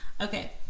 Okay